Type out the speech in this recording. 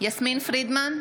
יסמין פרידמן,